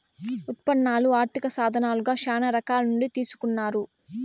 ఉత్పన్నాలు ఆర్థిక సాధనాలుగా శ్యానా రకాల నుండి తీసుకున్నారు